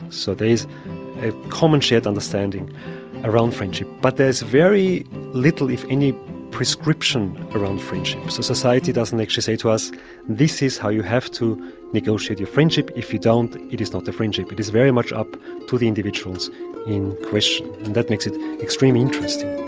so there is a common shared understanding around friendship. but there's very little if any prescription around friendship. so society doesn't actually say to us this is how you have to negotiate your friendship, if you don't it is not a friendship', it is very much up to the individuals in question. and that makes it extremely interesting.